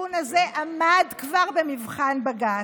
התיקון הזה עמד כבר במבחן בג"ץ,